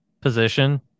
position